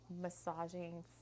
massaging